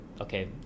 okay